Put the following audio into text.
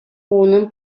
унӑн